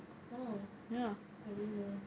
oh I didn't know